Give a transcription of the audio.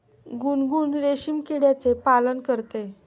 गुनगुन रेशीम किड्याचे पालन करते